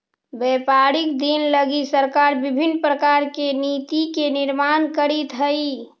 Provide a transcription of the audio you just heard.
व्यापारिक दिन लगी सरकार विभिन्न प्रकार के नीति के निर्माण करीत हई